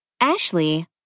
Ashley